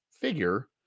figure